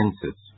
Senses